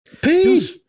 Peace